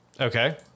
Okay